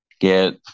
get